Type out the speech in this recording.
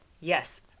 Yes